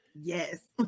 Yes